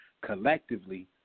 collectively